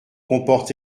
comporte